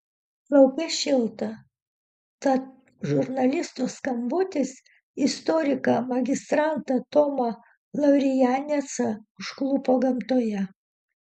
lauke šilta tad žurnalisto skambutis istoriką magistrantą tomą lavrijanecą užklupo gamtoje